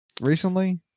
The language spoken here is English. recently